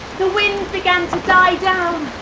the wind began to die down,